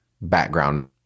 background